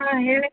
ಹಾಂ ಹೇಳಿ